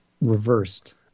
reversed